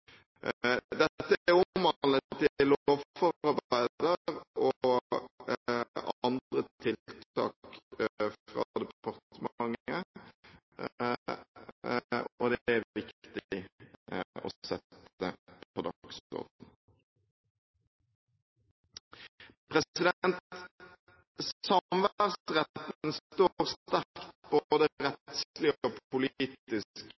Dette er omhandlet i lovforarbeider og andre tiltak fra departementet, og det er viktig å sette på dagsordenen. Samværsretten står sterkt, både rettslig og politisk i Norge. Det er